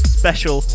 special